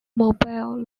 mobile